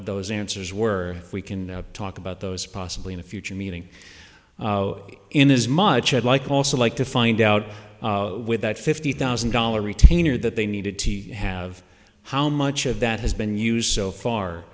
those answers were we can talk about those possibly in a future meeting in his much i'd like also like to find out with that fifty thousand dollars retainer that they needed to have how much of that has been used so far